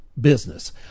business